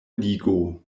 ligo